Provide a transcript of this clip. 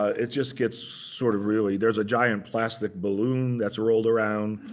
it just gets sort of really there's a giant plastic balloon that's rolled around.